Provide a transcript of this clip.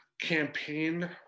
campaign